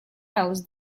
else